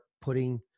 putting